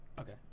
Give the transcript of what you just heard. Okay